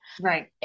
right